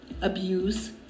abuse